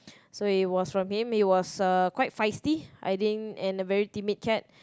so it was from him he was a quite fasting I think and a very timid cat